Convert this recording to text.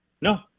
No